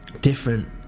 different